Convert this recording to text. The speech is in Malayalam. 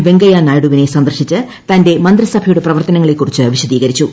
വെങ്കയ്യ നായിഡുവിനെ സന്ദർശിച്ച് തന്റെ മന്ത്രി സഭയുടെ പ്രവർത്തനങ്ങളെക്കുറിച്ച് വിശദീകരിച്ചു